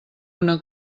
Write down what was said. una